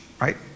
right